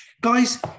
Guys